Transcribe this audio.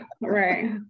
right